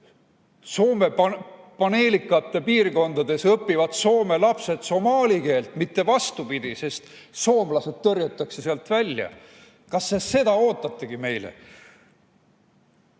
Soome paneelikate piirkondades õpivad soome lapsed somaali keelt, mitte vastupidi, sest soomlased tõrjutakse sealt välja. Kas te seda ootategi meile?